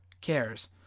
cares